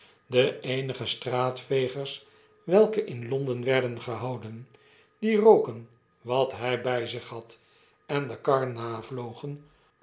de eenige straatvegers welkqf in londen werden gehouden die roken wat hij bij zich had en de kar navlogen